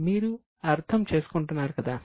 మీరు అర్థం చేసుకుంటున్నారు కదా